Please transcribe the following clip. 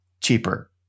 cheaper